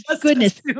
goodness